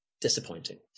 disappointing